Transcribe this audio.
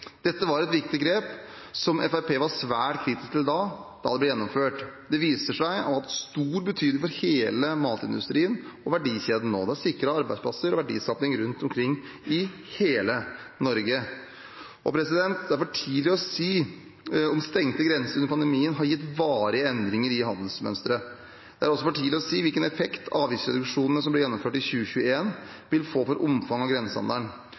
Dette var et viktig grep som Fremskrittspartiet var svært kritisk til da det ble gjennomført. Det viser seg å ha hatt stor betydning for hele matindustrien og verdikjeden. Det har sikret arbeidsplasser og verdiskaping rundt omkring i hele Norge. Det er for tidlig å si om stengte grenser under pandemien har gitt varige endringer i handelsmønsteret. Det er også for tidlig å si hvilken effekt avgiftsreduksjonene som ble gjennomført i 2021, vil få for omfanget av grensehandelen.